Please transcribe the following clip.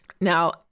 Now